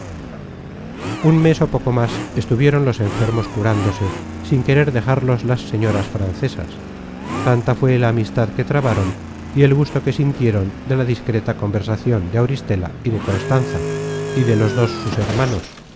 un mes ó poco más estuvieron los enfermos curándose sin querer dejarlos las señoras francesas tanta fué la amistad que trabaron y el gusto que sintieron de la discreta conversacion de auristela y de constanza y de los dos sus hermanos